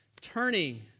turning